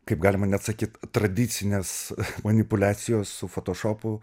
kaip galima neatsakyt tradicinės manipuliacijos su fotošopu